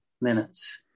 minutes